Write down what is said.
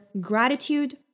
gratitude